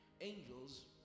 angels